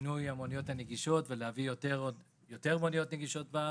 שינוי המוניות הנגישות ולהביא יותר מוניות נגישות לארץ.